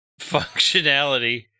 functionality